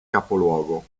capoluogo